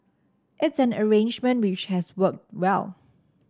it's an arrangement which has worked well